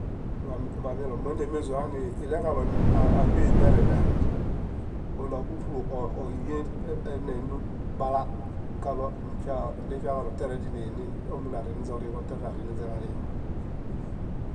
Mamilom moneemezo hani iɭeġalo áḃee nereŋ neɦa ona fúlu fúlu óyien enendon bala nifiakalo tiare ziini ómu narininze oriŋo tiare narininze ġalimo.